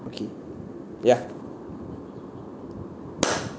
okay ya